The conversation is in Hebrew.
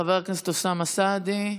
חבר הכנסת אוסאמה סעדי.